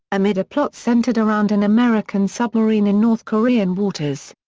amid a plot centered around an american submarine in north korean waters.